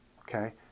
okay